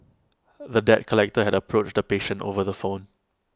the debt collector had approached the patient over the phone